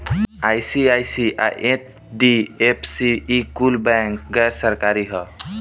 ICICI, HDFC, ई bank कुल गैर सरकारी बैंक ह